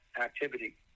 activity